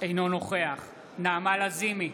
אינו נוכח נעמה לזימי,